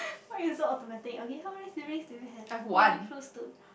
why you so automatic okay how many siblings do you have who are you close to